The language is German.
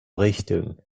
richtung